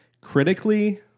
Critically